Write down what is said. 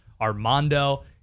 Armando